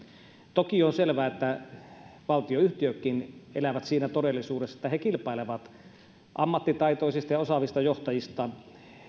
toki on selvää että valtionyhtiötkin elävät siinä todellisuudessa että ne kilpailevat ammattitaitoisista ja osaavista johtajista